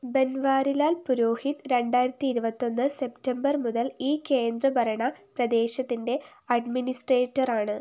ബൻവാരിലാൽ പുരോഹിത് രണ്ടായിരത്തി ഇരുപത്തിയൊന്ന് സെപ്റ്റംബർ മുതൽ ഈ കേന്ദ്രഭരണ പ്രദേശത്തിൻ്റെ അഡ്മിനിസ്ട്രേറ്റർ ആണ്